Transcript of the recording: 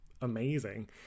amazing